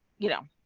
you know,